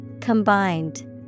Combined